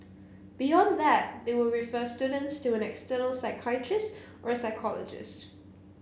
beyond that they will refer students to an external psychiatrist or psychologist